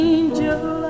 Angel